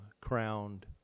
crowned